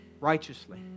righteously